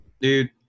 Dude